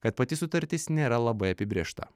kad pati sutartis nėra labai apibrėžta